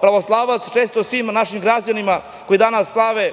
pravoslavac, čestitam svim našim građanima koji danas slave